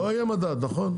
לא יהיה מדד, נכון.